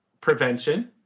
prevention